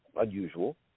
unusual